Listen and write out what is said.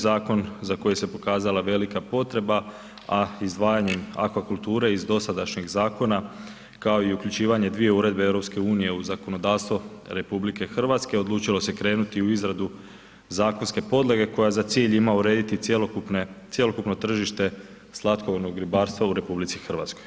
Zakon za koji se pokazala velika potreba, a izdvajanjem akvakulture iz dosadašnjeg zakona, kao i uključivanje dvije uredbe EU u zakonodavstvo RH, odlučilo se krenuti u izradu zakonske podloge, koja za cilj ima urediti cjelokupno tržište slatkovodnog ribarstva u RH.